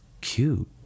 cute